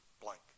blank